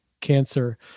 cancer